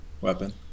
weapon